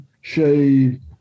shade